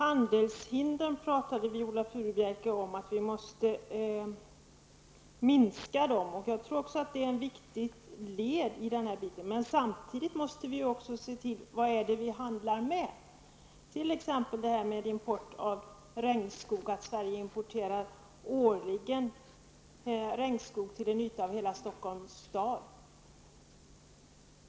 Viola Furubjelke talade om att vi måste minska antalet handelshinder. Jag tror också att det är ett viktigt led i sammanhanget. Men samtidigt måste vi också se till vad vi handlar med. Det gäller t.ex. att Sverige årligen importerar regnskog motsvarande ytan av hela Stockholm stad.